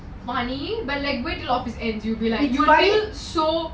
funny but when the lobsends you'll be like so